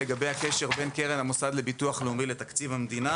הקשר בין קרן המוסד לביטוח לאומי לתקציב המדינה